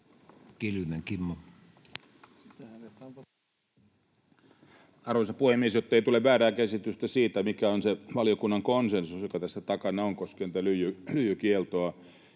Arvoisa puhemies! Jottei tule väärää käsitystä siitä, mikä on se valiokunnan konsensus, joka tässä takana on, koskien tätä lyijykieltoa: